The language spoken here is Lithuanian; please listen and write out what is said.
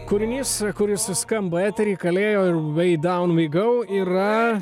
kūrinys kuris suskambo etery kaleo ir way down we go yra